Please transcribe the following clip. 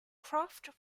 croft